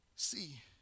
see